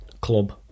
club